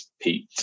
Pete